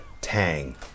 tang